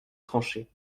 tranché